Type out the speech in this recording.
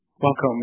Welcome